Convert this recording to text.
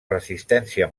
resistència